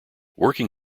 working